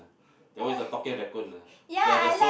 that one is a talking raccoon ah the the